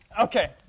Okay